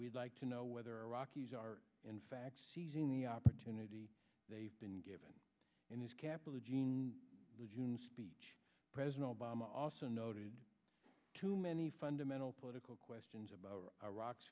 we'd like to know whether iraq is are in fact seizing the opportunity they've been given in his capital jeanne the june speech president obama also noted too many fundamental political questions about iraq's